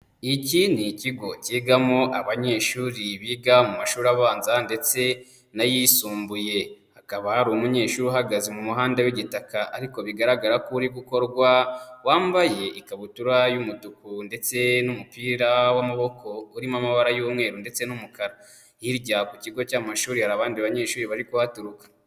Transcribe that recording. Iki ni ikigo cyigamo abanyeshuri biga mu mashuri abanza ndetse n'ayisumbuye, hakaba hari umunyeshuri uhagaze mu muhanda w'igitaka ariko bigaragara ko uri gukorwa, wambaye ikabutura y'umutuku ndetse n'umupira w'amaboko urimo amabara y'umweru ndetse n'umukara, hirya ku kigo cy'amashuri hari abandi banyeshuri bari kuhaturuka.